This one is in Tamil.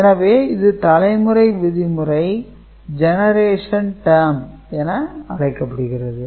எனவே இது தலைமுறை விதிமுறை என அழைக்கப்படுகிறது